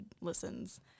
listens